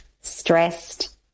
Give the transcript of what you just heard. stressed